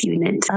Unit